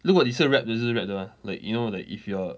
如果你是 rap 的就是 rap 的 mah like you know like if you are